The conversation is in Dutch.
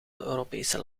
europese